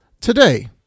Today